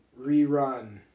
rerun